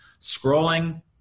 scrolling